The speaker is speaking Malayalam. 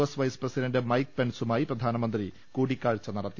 എസ് വൈസ് പ്രസിഡണ്ട് മൈക്ക് പെൻസുമായി പ്രധാനമന്ത്രി കൂടിക്കാഴ്ച നടത്തി